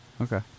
Okay